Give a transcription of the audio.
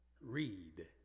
Read